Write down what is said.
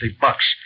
bucks